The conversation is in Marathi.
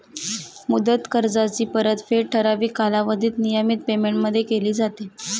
मुदत कर्जाची परतफेड ठराविक कालावधीत नियमित पेमेंटमध्ये केली जाते